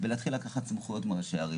ולהתחיל לקחת סמכויות מראשי ערים,